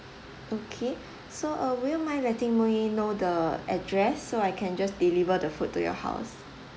okay so uh would you mind letting me know the address so I can just deliver the food to your house